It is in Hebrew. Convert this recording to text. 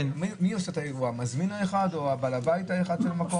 מי עושה את האירוח, המזמין או בעל הבית של המקום?